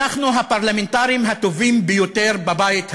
אנחנו הפרלמנטרים הטובים ביותר בבית הזה,